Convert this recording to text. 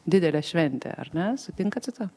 didelė šventė ar ne sutinkat su tuo